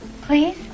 please